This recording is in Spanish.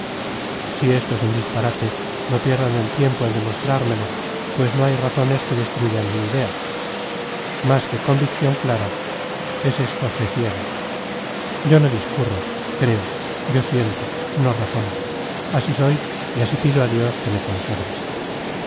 si esto es un disparate no pierdan el tiempo en demostrármelo pues no hay razones que destruyan mi idea más que convicción clara es esto fe ciega yo no discurro creo yo siento no razono así soy y así pido a dios que me conserve